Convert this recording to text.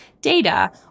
data